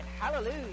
Hallelujah